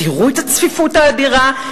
תראו את הצפיפות האדירה,